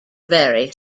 very